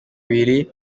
ibiri